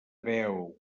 veo